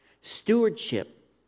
Stewardship